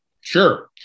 Sure